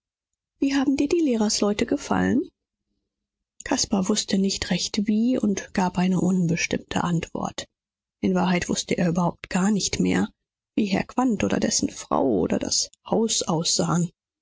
wie haben dir die lehrersleute gefallen caspar wußte nicht recht wie und gab eine unbestimmte antwort in wahrheit wußte er überhaupt gar nicht mehr wie herr quandt oder dessen frau oder das haus aussahen